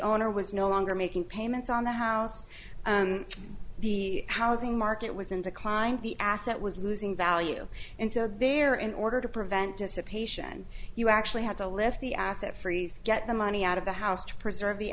owner was no longer making payments on the house and the housing market was in decline the asset was losing value and so there in order to prevent dissipation you actually had to lift the asset freeze get the money out of the house to preserve the